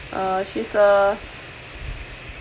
uh she's a